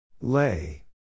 Lay